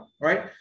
Right